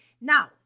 Now